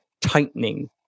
tightening